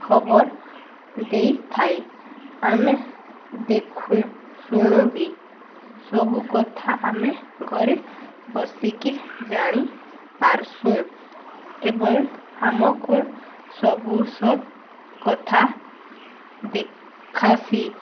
ଖବର ଦେଇଥାଏ ଆମେ ଦେଖୁ ଶୁଣୁ ବିି ସବୁ କଥା ଆମେ ଘରେ ବସିକି ଜାଣିପାରସୁଁ ଏବଂ ଆମକୁ ସବୁ ସତ କଥା ଦେଖାସି